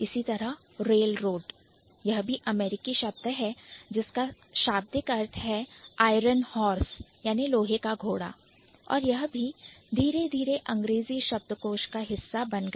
इसी तरह Railroad rail road भी एक अमेरिकी शब्द है जिसका शाब्दिक अर्थ है Iron Horse लोहे का घोड़ा और यह भी धीरे धीरे अंग्रेजी शब्दकोश का हिस्सा बन गया